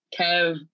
Kev